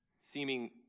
seeming